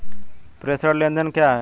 प्रेषण लेनदेन क्या है?